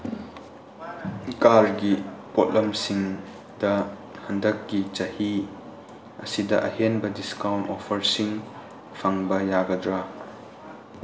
ꯀꯥꯔꯒꯤ ꯄꯣꯠꯂꯝꯁꯤꯡꯗ ꯍꯟꯗꯛꯀꯤ ꯆꯍꯤ ꯑꯁꯤꯗ ꯑꯍꯦꯟꯕ ꯗꯤꯁꯀꯥꯎꯟ ꯑꯣꯐꯔꯁꯤꯡ ꯐꯪꯕ ꯌꯥꯒꯗ꯭ꯔꯥ